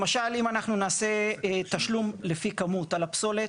למשל אם אנחנו נעשה תשלום לפי כמות על הפסולת,